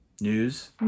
news